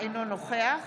אינו נוכח